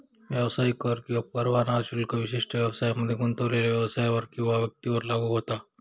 व्यवसाय कर किंवा परवाना शुल्क विशिष्ट व्यवसायांमध्ये गुंतलेल्यो व्यवसायांवर किंवा व्यक्तींवर लागू होता